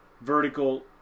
vertical